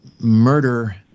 murder